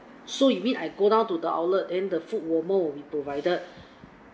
so you mean I go down to the outlet and the food warmer will be provided